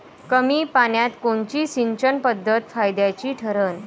कमी पान्यात कोनची सिंचन पद्धत फायद्याची ठरन?